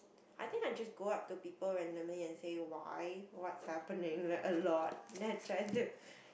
I think I just go up to people randomly and say why what's happening like a lot then I'm trying to